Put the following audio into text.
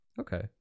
Okay